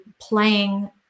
playing